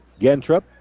Gentrop